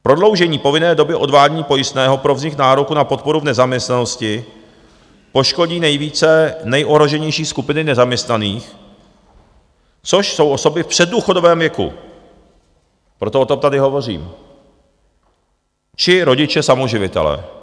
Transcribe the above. Prodloužení povinné doby odvádění pojistného pro vznik nároku na podporu v nezaměstnanosti poškodí nejvíce nejohroženější skupiny nezaměstnaných, což jsou osoby v předdůchodovém věku, proto o tom tady hovořím, či rodiče samoživitelé.